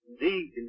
indeed